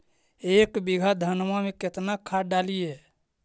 एक बीघा धन्मा में केतना खाद डालिए?